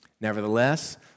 Nevertheless